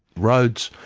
roads,